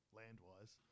land-wise